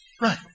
Right